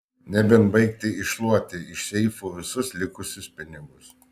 nebent baigti iššluoti iš seifų visus likusius pinigus